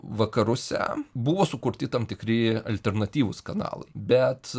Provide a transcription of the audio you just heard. vakaruose buvo sukurti tam tikri alternatyvūs kanalai bet